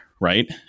right